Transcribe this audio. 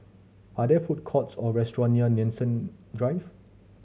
are there food courts or restaurant near Nanson Drive